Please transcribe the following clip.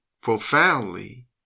profoundly